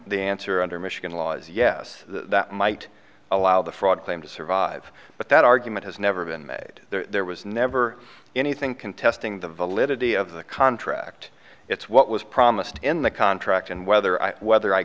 the answer under michigan law is yes that might allow the fraud claim to survive but that argument has never been made there was never anything contesting the validity of the contract it's what was promised in the contract and whether i whether i